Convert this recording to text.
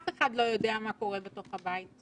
אף אחד לא יודע מה קורה בתוך הבית,